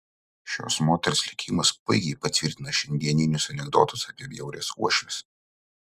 šios moters likimas puikiai patvirtina šiandieninius anekdotus apie bjaurias uošves